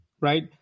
right